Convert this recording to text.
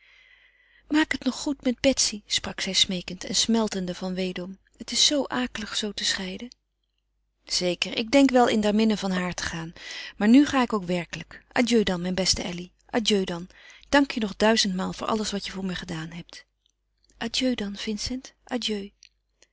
maak het nog goed met betsy sprak zij smeekend en smeltende van weedom het is zoo akelig zoo te scheiden zeker ik denk wel in der minne van haar te gaan maar nu ga ik ook werkelijk adieu dan mijn beste elly adieu dan dank je nog duizend maal voor alles wat je voor me gedaan hebt adieu dan vincent